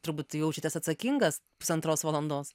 turbūt jaučiatės atsakingas pusantros valandos